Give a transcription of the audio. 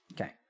Okay